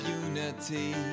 unity